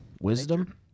Wisdom